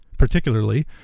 particularly